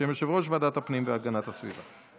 בשם יושב-ראש ועדת הפנים והגנת הסביבה.